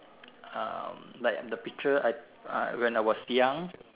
um like the picture I when I was young